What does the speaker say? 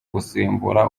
gusimbura